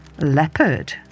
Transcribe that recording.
Leopard